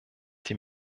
die